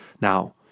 Now